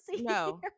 no